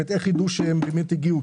איך ידעו שהם באמת הגיעו?